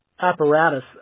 apparatus